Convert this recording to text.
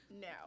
No